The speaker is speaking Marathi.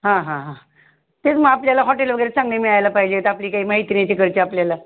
हां हां हां तेच मग आपल्याला हॉटेल वगैरे चांगले मिळायला पाहिजे आहेत आपली काही माहीत नाही तिकडची आपल्याला